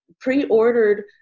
Pre-Ordered